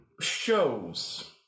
shows